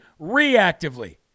reactively